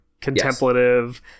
contemplative